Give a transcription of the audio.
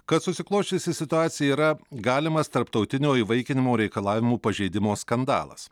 kad susiklosčiusi situacija yra galimas tarptautinio įvaikinimo reikalavimų pažeidimo skandalas